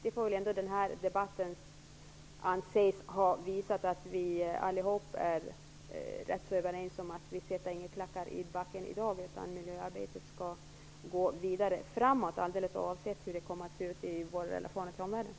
Den här debatten får anses ha visat att vi allihop är ganska överens om att vi inte sätter några klackar i backen i dag. Miljöarbetet skall gå vidare framåt, alldeles oavsett hur det kommer att se ut i våra relationer till omvärlden.